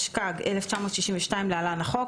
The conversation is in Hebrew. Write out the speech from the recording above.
התשכ"ג-1962 (להלן החוק),